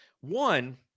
One